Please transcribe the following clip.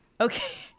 Okay